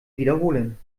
wiederholen